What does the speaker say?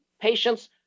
patients